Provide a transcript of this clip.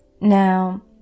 Now